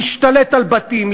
להשתלט על בתים,